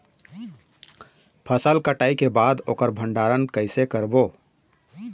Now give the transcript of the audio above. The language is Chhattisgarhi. फसल कटाई के बाद ओकर भंडारण कइसे करबो?